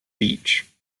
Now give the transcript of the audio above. beach